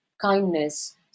kindness